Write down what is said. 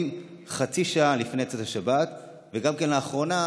חצי שעה לפני צאת השבת וגם לאחרונה,